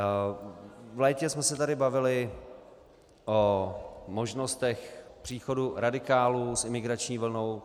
V létě jsme se tady bavili o možnostech příchodu radikálů s imigrační vlnou.